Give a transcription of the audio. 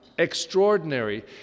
extraordinary